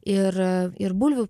ir ir bulvių